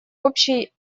общей